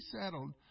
settled